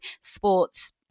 sports